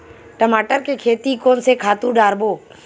टमाटर के खेती कोन से खातु डारबो?